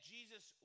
Jesus